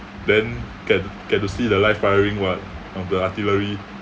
then get get to see the live firing [what] of the artillery